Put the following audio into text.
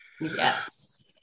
Yes